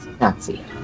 Nazi